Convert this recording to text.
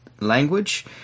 language